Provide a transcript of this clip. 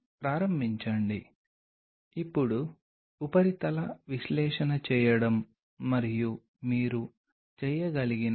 ఈ వారం ప్రారంభ భాగంలో మేము వివిధ రకాల ఎక్స్ట్రాసెల్యులర్ మ్యాట్రిక్స్ గురించి కవర్ చేస్తాము